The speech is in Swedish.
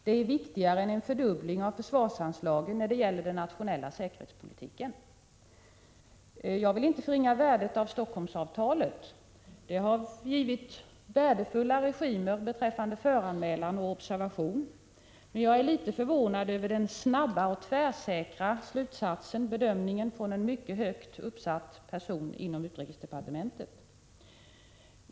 Det är viktigare än en fördubbling av försvarsanslagen när det gäller den nationella säkerhetspolitiken.” Jag vill inte förringa värdet av Stockholmsavtalet. Det har inneburit att värdefulla regimer konstruerats beträffande föranmälan och observation. Men jag är litet förvånad över denna snabba och tvärsäkra bedömning från en mycket högt uppsatt person inom utrikesdepartementet.